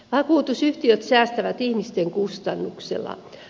vakuutusyhtiöt säästävät ihmisten kustannuksella